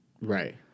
Right